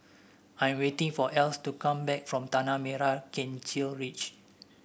I am waiting for Else to come back from Tanah Merah Kechil Ridge